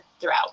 throughout